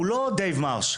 הוא לא דייב מארש,